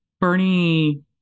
Bernie